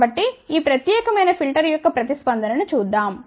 కాబట్టి ఈ ప్రత్యేకమైన ఫిల్టర్ యొక్క ప్రతిస్పందన ను చూద్దాం